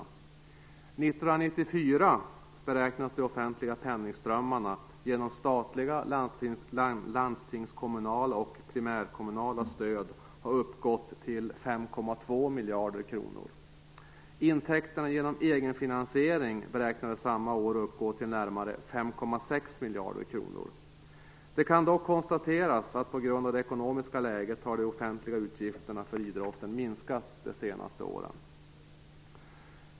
1994 beräknas de offentliga penningströmmarna genom statliga, landstingskommunala och primärkommunala stöd ha uppgått till 5,2 miljarder kronor. Intäkterna genom egenfinasiering beräknades samma år uppgå till närmare 5,6 miljarder kronor. Det kan dock konstateras att på grund av det ekonomiska läget har de offentliga utgifterna för idrotten minskat de senaste åren.